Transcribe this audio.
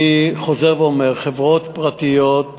אני חוזר ואומר: חברות פרטיות,